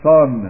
Son